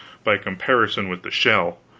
by comparison with the shell.